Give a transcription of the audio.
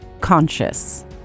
conscious